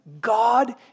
God